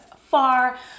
far